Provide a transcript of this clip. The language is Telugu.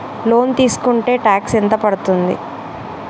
లోన్ తీస్కుంటే టాక్స్ ఎంత పడ్తుంది?